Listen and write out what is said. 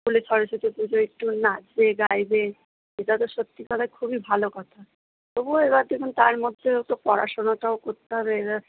স্কুলের সরস্বতী পুজোয় একটু নাচবে গাইবে এটা তো সত্যিকারের খুবই ভালো কথা তবু এবার দেখুন তার মধ্যেও তো পড়াশোনাটাও করতে হবে এবার